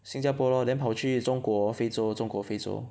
新加坡 lor then 跑去中国非洲中国非洲